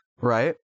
Right